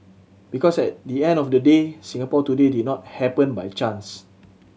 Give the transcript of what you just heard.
because at the end of the day Singapore today did not happen by chance